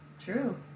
True